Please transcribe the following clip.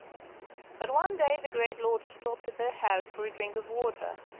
but one day the great lord stopped at their house for a drink of water,